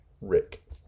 Rick